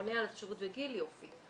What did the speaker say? עונה על התושבות וגיל יופי.